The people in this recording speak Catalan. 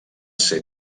ser